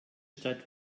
stadt